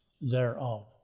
thereof